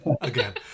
again